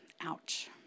Ouch